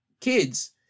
kids